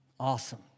Awesome